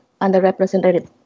underrepresented